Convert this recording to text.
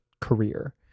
career